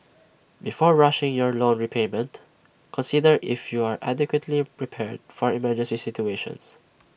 before rushing your loan repayment consider if you are adequately prepared for emergency situations